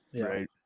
right